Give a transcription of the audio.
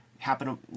happen